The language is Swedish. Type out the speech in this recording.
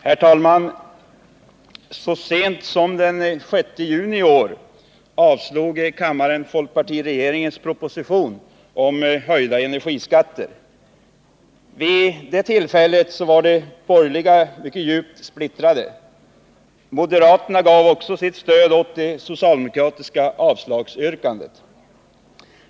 Herr talman! Så sent som den 6 juni i år avslog kammaren folkpartiregeringens proposition om höjda energiskatter. Vid det tillfället var de borgerliga mycket djupt splittrade. Moderaterna gav också sitt stöd åt det socialdemokratiska avslagsyrkandet.